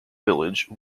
village